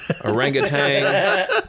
orangutan